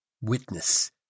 witness